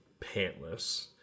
pantless